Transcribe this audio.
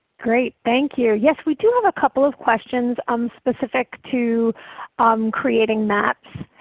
great, thank you. yes, we do have a couple of questions um specific to um creating maps.